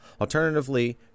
alternatively